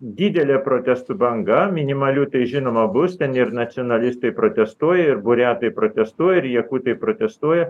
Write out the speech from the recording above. didelė protestų banga minimalių tai žinoma bus ten ir nacionalistai protestuoja ir buriatai protestuoja ir jakutai protestuoja